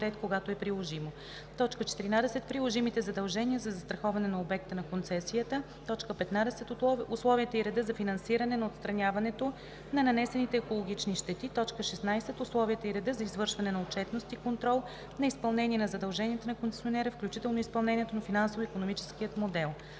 когато е приложимо;